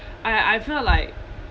I I felt like